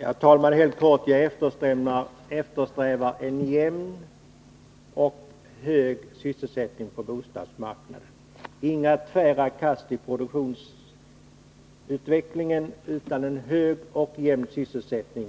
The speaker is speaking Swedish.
Herr talman! Jag eftersträvar en jämn och hög sysselsättning på bostadsmarknaden. Inga tvära kast i produktionsutvecklingen utan en hög och jämn sysselsättning